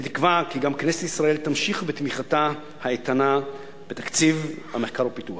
אני תקווה כי גם כנסת ישראל תמשיך בתמיכתה האיתנה בתקציב המחקר והפיתוח.